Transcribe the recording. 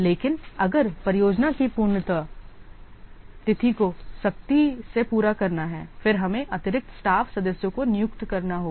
लेकिन अगर परियोजना की पूर्णता तिथि को सख्ती से पूरा करना है फिर हमें अतिरिक्त स्टाफ सदस्यों को नियुक्त करना होगा